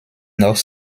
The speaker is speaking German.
noch